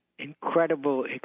incredible